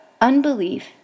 unbelief